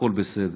הכול בסדר,